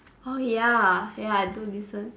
oh ya ya I do listen